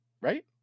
Right